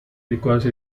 because